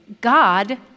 God